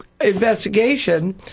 investigation